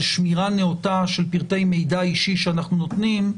שמירה נאותה של פרטי מידע אישי שאנחנו נותנים,